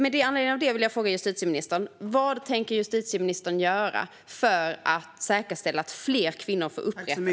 Med anledning av det vill jag fråga vad justitieministern tänker göra för att säkerställa att fler kvinnor får upprättelse.